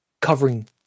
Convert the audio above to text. covering